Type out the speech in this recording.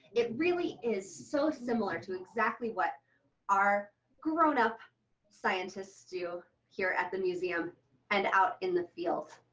it really is so similar to exactly what our grownup scientists do here at the museum and out in the field.